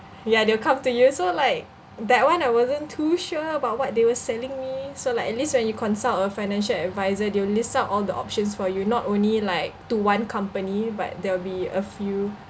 yeah they'll come to you so like that one I wasn't too sure about what they were selling me so like at least when you consult a financial advisor they'll list out all the options for you not only like to one company but there'll be a few